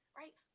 right